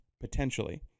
potentially